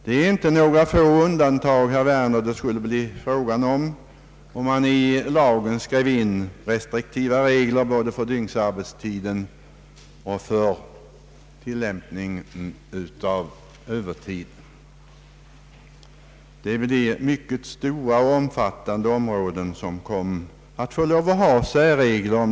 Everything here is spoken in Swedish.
Det är inte några få undantag, herr Werner, som det skulle bli fråga om ifall man i lagen skrev in restriktiva regler både för dygnsarbetstiden och för övertiden. Mycket stora och omfattande områden skulle då behöva få särregler.